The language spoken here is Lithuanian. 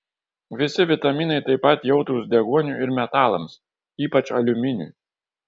visi vitaminai taip pat jautrūs deguoniui ir metalams ypač aliuminiui